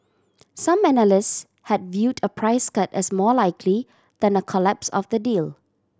some analysts had viewed a price cut as more likely than a collapse of the deal